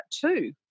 two